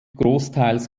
großteils